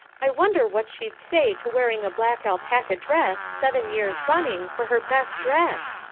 i wonder what she'd say to wearing a black alpaca dress seven years running, for her best dress!